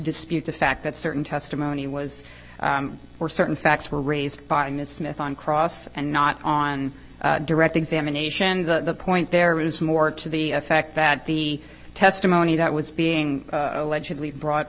dispute the fact that certain testimony was or certain facts were raised by ms smith on cross and not on direct examination the point there is more to the effect that the testimony that was being allegedly brought